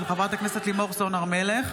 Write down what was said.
של חברת הכנסת לימור סון הר מלך,